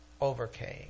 overcame